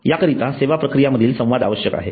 याकरीता सेवा प्रक्रिया विषयी संवाद आवश्यक आहे